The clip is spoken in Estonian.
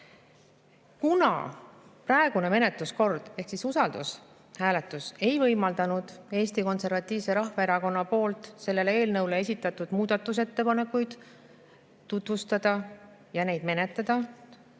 Kuna praegune menetluskord ehk usaldushääletus ei võimaldanud Eesti Konservatiivsel Rahvaerakonnal selle eelnõu kohta esitatud muudatusettepanekuid tutvustada ja neid menetleda,